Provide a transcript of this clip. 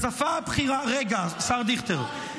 השפה הרשמית --- רגע, השר דיכטר.